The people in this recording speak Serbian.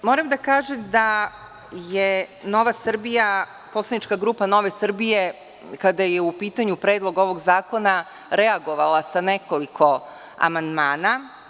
Moram da kažem da je poslanička grupa NS, kada je u pitanju Predlog ovog zakona, reagovala sa nekoliko amandmana.